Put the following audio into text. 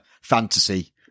fantasy